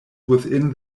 within